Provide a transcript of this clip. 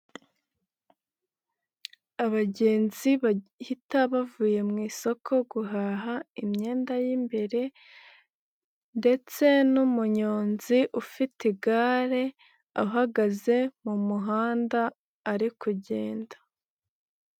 Abagenzi bahita bavuye mu isoko guhaha imyenda y'imbere ndetse n'umunyonzi ufite igare ahagaze mu muhanda ari kugenda.